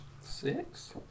six